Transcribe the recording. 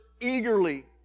eagerly